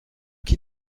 qui